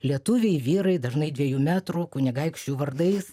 lietuviai vyrai dažnai dviejų metrų kunigaikščių vardais